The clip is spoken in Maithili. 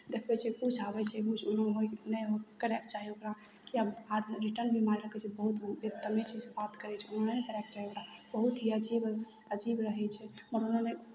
देखबै छै किछु आबै छै किछु नहि करयके चाही ओकरा किया आ रिटर्न भी मारयके छै बहुत बेतमीजीसँ बात करै छै ओ नहि ने करयके चाही ओकरा बहुत ही अजीब अजीब रहै छै